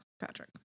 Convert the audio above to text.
Patrick